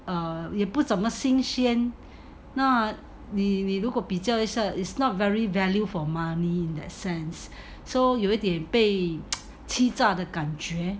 err 也不怎么新鲜那你你如果比较一下 is not very value for money in that sense so 有一点被欺诈的感觉